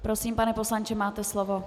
Prosím, pane poslanče, máte slovo.